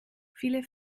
viele